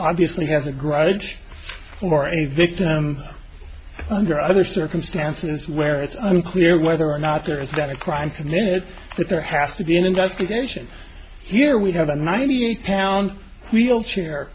obviously has a grudge or a victim under other circumstances where it's unclear whether or not there is not a crime committed but there has to be an investigation here we have a ninety eight pound wheelchair